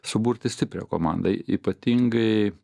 suburti stiprią komandą ypatingai